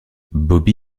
bobby